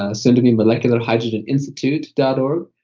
ah soon to be molecularhydrogeninstitute dot org.